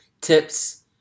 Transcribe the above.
Tips